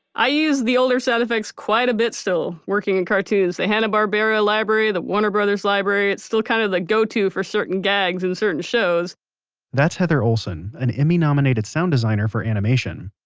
i use the older sound effects quite a bit still working in cartoons. the hanna-barbera library, the warner brothers library, it's still kind of the go to for certain gags, and certain shows that's heather olsen, an emmy-nominated sound designer for animation.